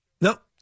Nope